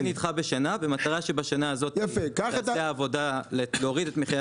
זה נדחה בשנה במטרה שבשנה הזאת נעשה עבודה להוריד את מחירי